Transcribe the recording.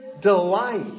delight